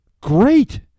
Great